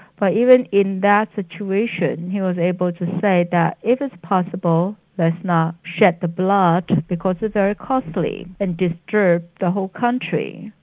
but even in that situation, he was able to say that, if it's possible, let's not shed the blood, because it's very costly and disturbs the whole country.